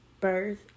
birth